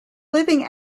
living